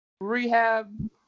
rehab